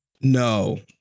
No